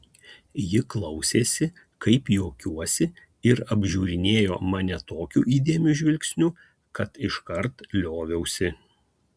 ji klausėsi kaip juokiuosi ir apžiūrinėjo mane tokiu įdėmiu žvilgsniu kad iškart lioviausi